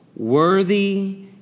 Worthy